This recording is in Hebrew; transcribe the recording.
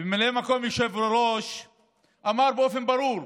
וממלא מקום היושב-ראש אמר באופן ברור: